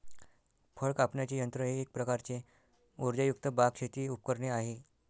फळ कापण्याचे यंत्र हे एक प्रकारचे उर्जायुक्त बाग, शेती उपकरणे आहे